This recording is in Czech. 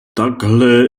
takhle